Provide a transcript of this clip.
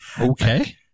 Okay